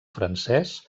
francès